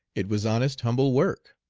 it was honest, humble work.